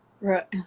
right